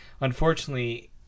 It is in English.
unfortunately